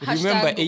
Remember